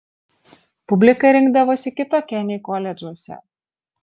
publika rinkdavosi kitokia nei koledžuose